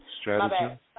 Strategy